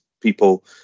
people